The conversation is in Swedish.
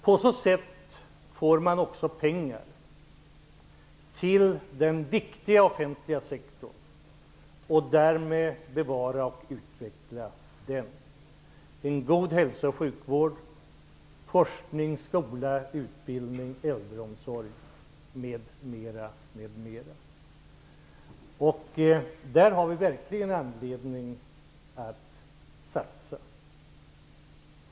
På detta sätt får vi också pengar till den viktiga offentliga sektorn, och därmed kan vi bevara och utveckla en god hälso och sjukvård, forskning, skola, utbildning, äldreomsorg, m.m., m.m. Där har vi verkligen anledning att satsa.